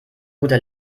guter